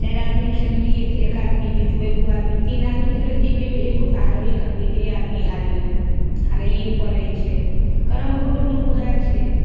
चारि आदमी खेललियै तऽ एक आदमी जितबय दू आदमी तीन आदमी तलक जीत जेबय एगो तऽ हारबे करबय जे आदमी हारियौ हारयए पड़य छै कैरम बोर्डोमे ओहे छै